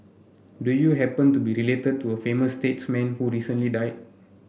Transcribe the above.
do you happen to be related to a famous statesman who recently died